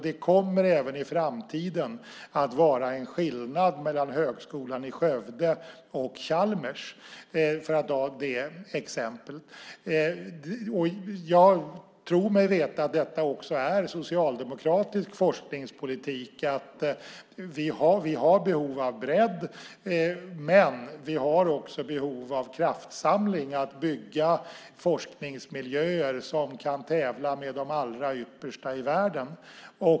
Det kommer även i framtiden att vara en skillnad mellan Högskolan i Skövde och Chalmers, för att ta det exemplet. Jag tror mig veta att det också är socialdemokratisk forskningspolitik - att vi har behov av bredd men också av kraftsamling, att bygga forskningsmiljöer som kan tävla med de allra yppersta i världen.